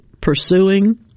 pursuing